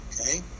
Okay